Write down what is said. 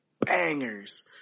bangers